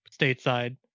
stateside